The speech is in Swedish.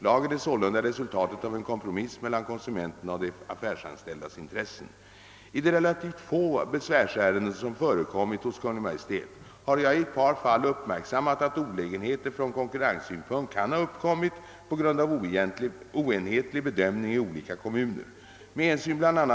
Lagen är sålunda resultatet av en kompromiss mellan konsumenternas och de affärsanställdas intressen. I de relativt få besvärsärenden som förekommit hos Kungl. Maj:t har jag i ett par fall uppmärksammat, att olägenheter från konkurrenssynpunkt kan ha uppkommit på grund av oenhetlig bedömning i olika kommuner. Med hänsyn bla.